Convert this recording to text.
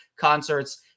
concerts